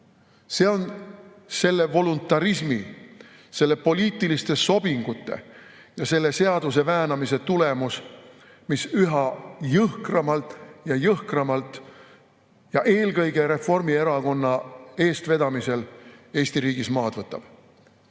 See on selle voluntarismi, nende poliitiliste sobingute ja selle seaduseväänamise tulemus, mis üha jõhkramalt ja jõhkramalt ja eelkõige Reformierakonna eestvedamisel Eesti riigis maad võtab.